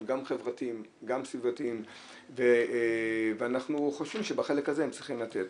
גם חברתיים וגם סביבתיים ואנחנו חושבים שבחלק הזה הם צריכים לתת.